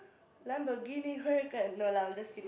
Lamborghini Huracan no lah I'm just kidding